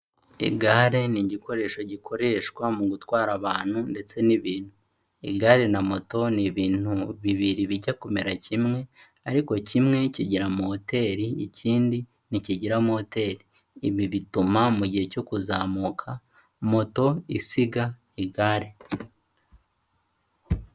Igare ni igikoresho gikoreshwa mu gutwara abantu ndetse n'ibintu. Igare na moto ni ibintu bibiri bijya kumera kimwe ariko kimwe kigira moteri, ikindi ntikigira moteri. Ibi bituma mu gihe cyo kuzamuka moto isiga igare.